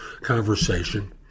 conversation